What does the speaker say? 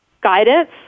guidance